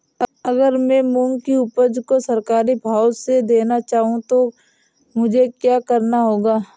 अगर मैं मूंग की उपज को सरकारी भाव से देना चाहूँ तो मुझे क्या करना होगा?